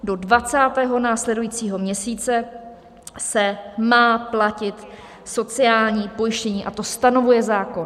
Do 20. následujícího měsíce se má platit sociální pojištění, a to stanovuje zákon.